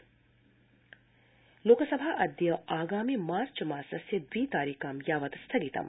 लोकसभा लोकसभा अदय आगामि मार्च मासस्य दवि तारिकां यावत् स्थगितम्